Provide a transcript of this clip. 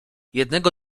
jednego